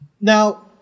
Now